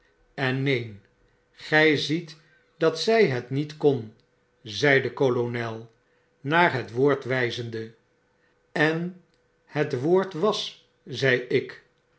en neen gy ziet dat zy het niet kon zeide kolonel naar het woord wyzende en het woord was zei ik